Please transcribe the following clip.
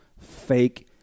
fake